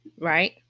Right